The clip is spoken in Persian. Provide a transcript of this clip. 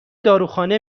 داروخانه